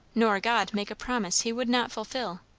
nor god make a promise he would not fulfil.